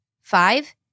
Five